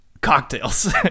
cocktails